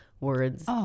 words